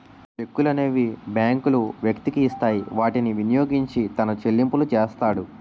చెక్కులనేవి బ్యాంకులు వ్యక్తికి ఇస్తాయి వాటిని వినియోగించి తన చెల్లింపులు చేస్తాడు